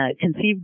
conceived